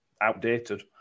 outdated